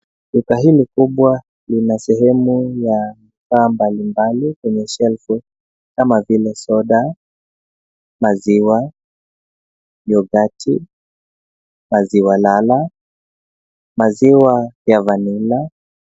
Duka hili kubwa lina sehemu ya bidhaa mbali mbali kwenye shelfu kama vile: soda, maziwa, yoghurt , maziwa lala, maziwa ya vanilla .